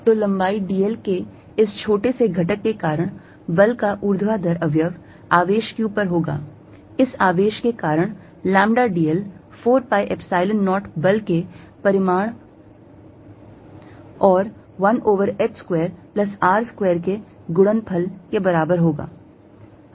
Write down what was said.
तो लम्बाई dl के इस छोटे से घटक के कारण बल का ऊर्ध्वाधर अवयव आवेश q पर होगा इस आवेश के कारण lambda dl 4 pi Epsilon 0 बल के परिमाण और 1 over h square plus r square के गुणनफल के बराबर होगा